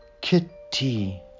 kitty